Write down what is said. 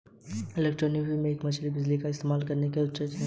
electrofishing में मछली को बिजली का इस्तेमाल करके अचेत कर देते हैं